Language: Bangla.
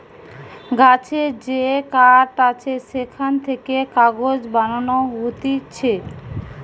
গাছের যে কাঠ আছে সেখান থেকে কাগজ বানানো হতিছে